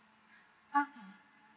ah